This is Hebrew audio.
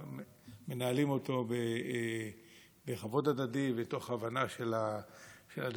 מנהלים אותו בכבוד הדדי ומתוך הבנה של הדברים.